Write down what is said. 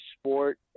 sport